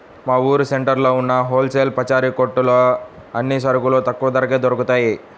మా ఊరు సెంటర్లో ఉన్న హోల్ సేల్ పచారీ కొట్టులో అన్ని సరుకులు తక్కువ ధరకే దొరుకుతయ్